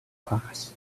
class